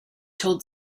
told